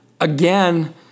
again